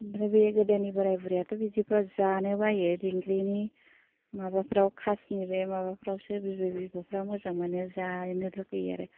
ओमफ्राय बे गोदोनि बोराय बुरियाथ' बिदिफ्राव जानो बायो दिंग्रिनि माबाफ्राव खासनि बे माबाफ्रावसो बिबै बिबौफ्रा मोजां मोनो जानो लुगैयो आरो